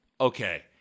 okay